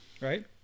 right